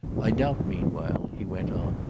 i doubt meanwhile, he went on,